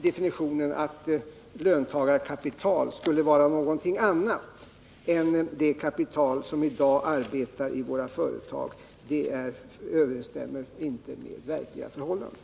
Definitionen att löntagarkapital skulle vara något annat än det kapital som i dag arbetar i våra företag överensstämmer inte med det verkliga förhållandet.